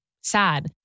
sad